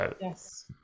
Yes